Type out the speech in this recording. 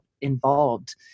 involved